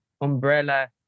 umbrella